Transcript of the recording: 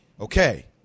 Okay